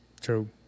True